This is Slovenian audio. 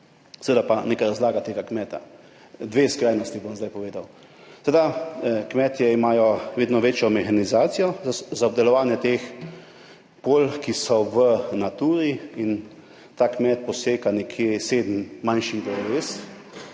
seveda pa neka razlaga tega kmeta. Dve skrajnosti, bom zdaj povedal. Seveda kmetje imajo vedno večjo mehanizacijo za obdelovanje teh polj, ki so v Naturi in ta kmet poseka nekje sedem manjših dreves,